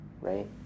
right